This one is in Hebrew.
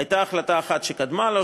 הייתה החלטה אחת שקדמה לה,